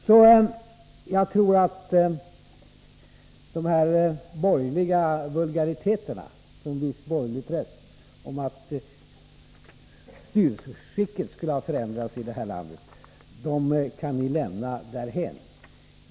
Så jag tror att de borgerliga vulgäriteterna i viss borgerlig press om att styrelseskicket skulle ha förändrats i det här landet kan ni lämna därhän.